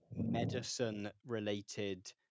medicine-related